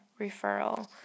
referral